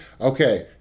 Okay